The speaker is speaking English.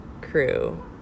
crew